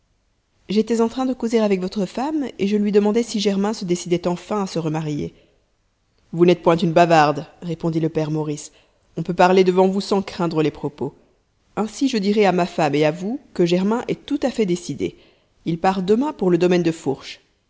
j'étais en train de causer avec votre femme et je lui demandais si germain se décidait enfin à se remarier vous n'êtes point une bavarde répondit le père maurice on peut parler devant vous sans craindre les propos ainsi je dirai à ma femme et à vous que germain est tout à fait décidé il part demain pour le domaine de fourche